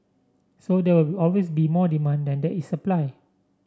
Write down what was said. so there will be always be more demand that there is supply